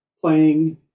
playing